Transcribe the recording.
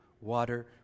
water